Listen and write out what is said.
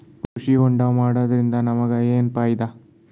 ಕೃಷಿ ಹೋಂಡಾ ಮಾಡೋದ್ರಿಂದ ನಮಗ ಏನ್ ಫಾಯಿದಾ?